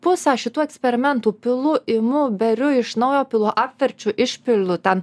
pusę šitų eksperimentų pilu imu beriu iš naujo pilu apverčiu išpilu ten